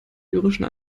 lyrischen